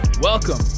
Welcome